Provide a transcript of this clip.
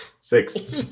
Six